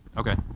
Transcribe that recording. okay.